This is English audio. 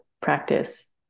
practice